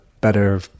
better